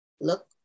look